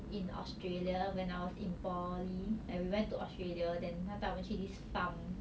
in australia when I was in poly like we went to australia then 他带我们去 this farm